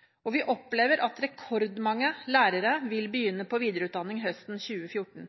grunnopplæringen. Vi opplever at rekordmange lærere vil begynne på videreutdanning høsten 2014.